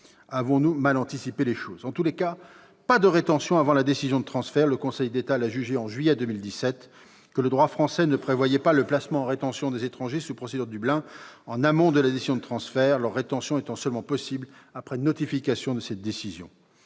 Avons-nous mal anticipé ? Dans tous les cas, il n'y a pas de rétention possible avant la décision de transfert : le Conseil d'État a jugé, en juillet 2017, que le droit français ne prévoyait pas le placement en rétention des étrangers sous procédure Dublin en amont de la décision de transfert, leur rétention étant seulement possible après notification de cette décision.